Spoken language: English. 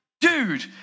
dude